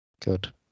Good